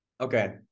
Okay